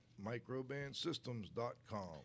microbandsystems.com